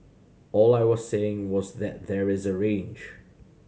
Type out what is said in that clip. all I was saying was that there is a range